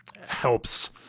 helps –